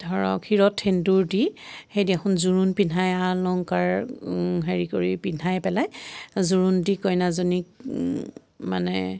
ধৰক শিৰত সেন্দূৰ দি সেই দিনাখন জোৰোণ পিন্ধাই আ অলংকাৰ হেৰি কৰি পিন্ধাই পেলাই জোৰোণ দি কইনাজনীক মানে